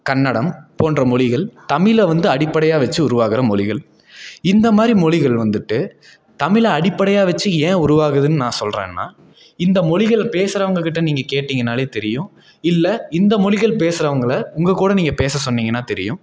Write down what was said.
கன்னடம் போன்ற மொழிகள் தமிழை வந்து அடிப்படையாக வச்சு உருவாகுகிற மொழிகள் இந்த மாதிரி மொழிகள் வந்துட்டு தமிழை அடிப்படையாக வச்சு ஏன் உருவாகுதுன்னு நான் சொல்கிறேன்னா இந்த மொழிகள் பேசுகிறவங்கக்கிட்ட நீங்கள் கேட்டிங்கனாலே தெரியும் இல்லை இந்த மொழிகள் பேசுறவங்களளை உங்கள்கூட நீங்கள் பேச சொன்னிங்கன்னால் தெரியும்